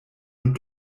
und